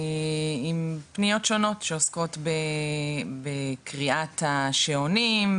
עם פניות שונות שעוסקות בקריאת השעונים,